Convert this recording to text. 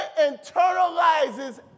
internalizes